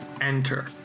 enter